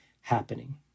happening